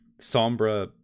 Sombra